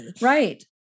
Right